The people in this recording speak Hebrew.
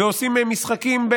ועושים משחקים.